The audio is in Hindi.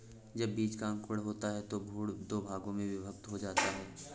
जब बीज का अंकुरण होता है तो भ्रूण दो भागों में विभक्त हो जाता है